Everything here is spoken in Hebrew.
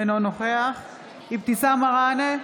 אינו נוכח אבתיסאם מראענה,